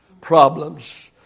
Problems